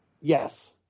Yes